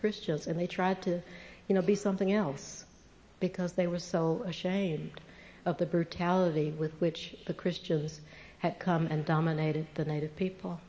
christians and they tried to you know be something else because they were so ashamed of the brutality with which the christians had come and dominated the native people